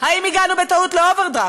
האם הגענו בטעות לאוברדרפט?